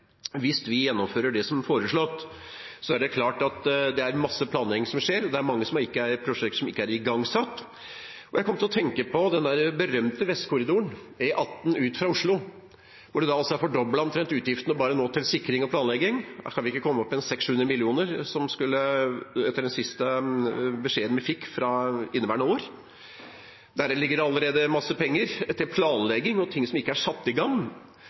hvis vi gjennomfører det som er foreslått, skjer det helt klart mye planlegging, det er mange prosjekter som ikke er igangsatt. Jeg kom til å tenke på den berømte E18 Vestkorridoren ut fra Oslo, hvor utgiftene bare til sikring og planlegging nå er omtrent fordoblet. Vi har vel kommet opp i 600–700 mill. kr, etter den siste beskjeden vi fikk når det gjelder inneværende år. Der ligger allerede mange penger til planlegging og ting som ikke er satt i gang.